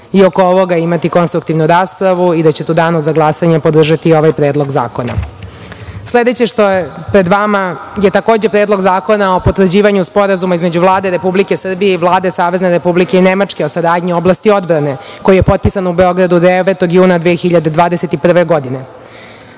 i oko ovoga imati konstruktivnu raspravu i da ćete u danu za glasanje podržati ovaj predlog zakona. Sledeće što je pred vama je takođe Predlog zakona o potvrđivanju sporazuma između Vlade Republike Srbije i Vlade Savezne Republike Nemačke o saradnji u oblasti odbrane, koji je potpisan u Beogradu 9. juna 2021.